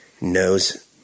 knows